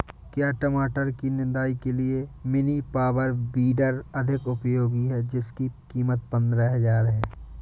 क्या टमाटर की निदाई के लिए मिनी पावर वीडर अधिक उपयोगी है जिसकी कीमत पंद्रह हजार है?